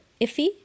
iffy